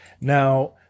Now